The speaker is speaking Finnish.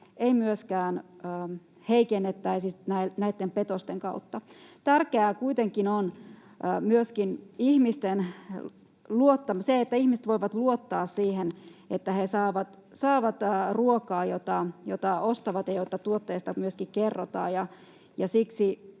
ei myöskään heikennettäisi näitten petosten kautta. Tärkeää kuitenkin on myöskin se, että ihmiset voivat luottaa siihen, että he saavat ruokaa, jonka tuottajasta myöskin kerrotaan,